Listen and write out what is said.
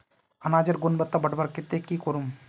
अनाजेर गुणवत्ता बढ़वार केते की करूम?